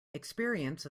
experience